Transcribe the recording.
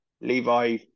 Levi